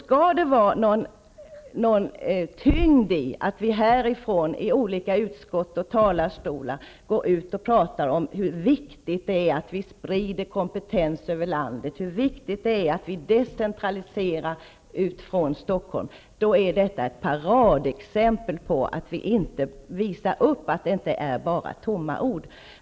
Skall det vara någon tyngd i att vi från riksdagens olika utskott och talarstolar framhåller hur viktigt det är att vi sprider kompetens över landet och hur viktigt det är att vi decentraliserar ut från Stockholm är detta ett paradexempel på att vi måste visa att allt det vi säger inte är tomma ord.